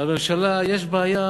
לממשלה יש בעיה